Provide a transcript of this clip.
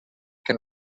que